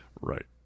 Right